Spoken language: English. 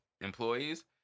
employees